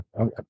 Okay